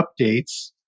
updates